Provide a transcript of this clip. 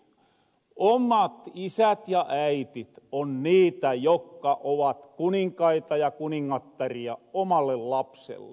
omat isät ja äitit on niitä jokka ovat kuninkaita ja kuningattaria omalle lapselle